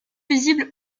visible